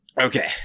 Okay